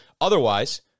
otherwise